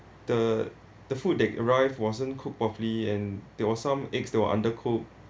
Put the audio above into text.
the the food that arrived wasn't cooked properly and there was some eggs that was undercooked